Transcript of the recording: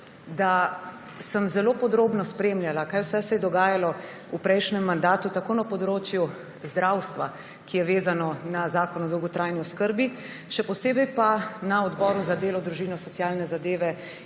da sem zelo podrobno spremljala, kaj vse se je dogajalo v prejšnjem mandatu tako na področju zdravstva, ki je vezano na Zakon o dolgotrajni oskrbi, še posebej pa na Odboru za delo, družino, socialne zadeve